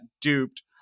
duped